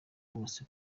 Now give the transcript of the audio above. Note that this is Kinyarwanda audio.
bose